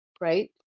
right